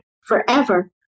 forever